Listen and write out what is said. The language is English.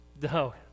No